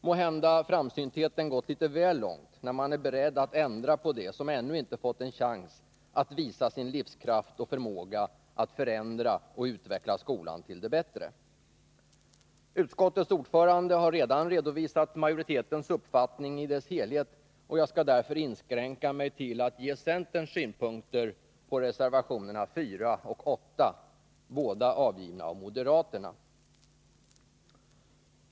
Måhända har framsyntheten gått litet väl långt, när man är beredd att ändra på något som ännu inte fått en chans att visa sin livskraft och förmåga att förändra och utveckla skolan till det bättre. Utskottets ordförande har redan redovisat majoritetens uppfattning i dess helhet, och jag skall därför inskränka mig till att ge centerns synpunkter på reservationerna 4 och 8, båda avgivna av moderaterna.